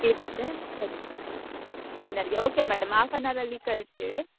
ಇವತ್ತೇ ಹಾಂ ಡಿನ್ನರಿಗೆ ಓಕೆ ಮೇಡಮ್ ಆಫ್ ಆನ್ ಅವರಲ್ಲಿ ಕಳಿಸ್ತೇವೆ